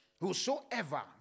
Whosoever